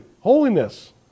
holiness